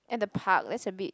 at the park that's a bit